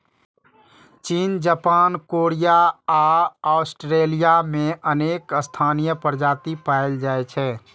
चीन, Japan, Korea आ Australia मे अनेक स्थानीय प्रजाति पाएल जाइ छै